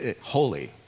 holy